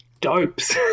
dopes